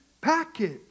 package